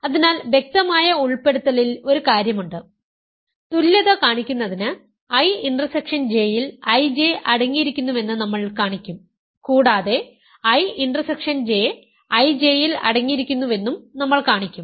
അതിനാൽ വ്യക്തമായ ഉൾപ്പെടുത്തലിൽ ഒരു കാര്യമുണ്ട് അതിനാൽ തുല്യത കാണിക്കുന്നതിന് I ഇന്റർസെക്ഷൻ J യിൽ IJ അടങ്ങിയിരിക്കുന്നുവെന്ന് നമ്മൾ കാണിക്കും കൂടാതെ I ഇന്റർസെക്ഷൻ J IJ യിൽ അടങ്ങിയിരിക്കുന്നുവെന്നും നമ്മൾ കാണിക്കും